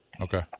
Okay